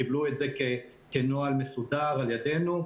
הם קיבלו את זה כנוהל מסודר על ידינו,